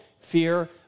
fear